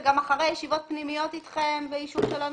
זה גם אחרי הישיבות הפנימיות אתכם ואישור של הנוסח.